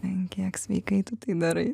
an kiek sveikai tu tai darai